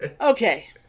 Okay